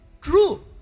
True